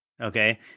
Okay